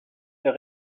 fait